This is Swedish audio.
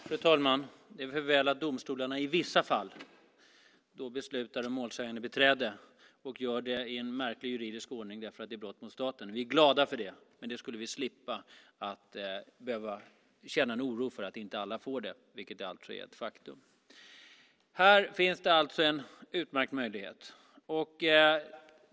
Fru talman! Det är för väl att domstolarna i vissa fall beslutar om målsägandebiträden och gör det i en märklig juridisk ordning, därför att det är brott mot staten. Vi är glada för det. Men vi skulle slippa att känna en oro för att inte alla får det, vilket alltså är ett faktum. Här finns det alltså en utmärkt möjlighet.